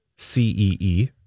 C-E-E